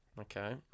Okay